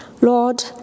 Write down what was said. Lord